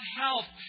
health